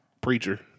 Preacher